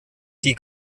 die